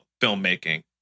filmmaking